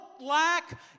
lack